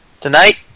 tonight